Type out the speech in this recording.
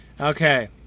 okay